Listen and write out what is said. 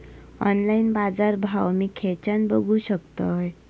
Online बाजारभाव मी खेच्यान बघू शकतय?